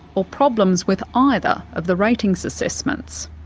or problems with either of the ratings assessments.